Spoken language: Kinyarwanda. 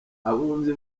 abunzi